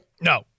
No